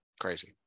crazy